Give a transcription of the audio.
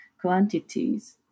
quantities